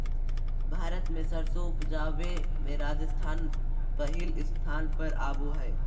भारत मे सरसों उपजावे मे राजस्थान पहिल स्थान पर आवो हय